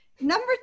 Number